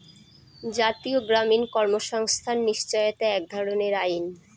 জাতীয় গ্রামীণ কর্মসংস্থান নিশ্চয়তা এক ধরনের আইন